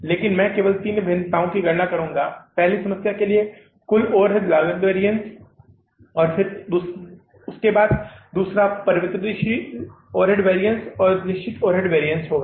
लेकिन मैं केवल तीन भिन्नताओं की गणना करूँगा पहली समस्या के लिए कुल ओवरहेड लागत वैरिअन्स और उसके बाद दूसरा परिवर्तनशील ओवरहेड वैरिअन्स और निश्चित ओवरहेड वैरिअन्स होगा